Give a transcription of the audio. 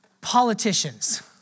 politicians